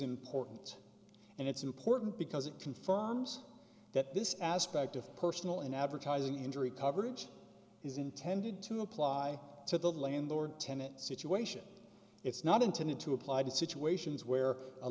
important and it's important because it confirms that this aspect of personal and advertising injury coverage is intended to apply to the landlord tenant situation it's not intended to apply to situations where a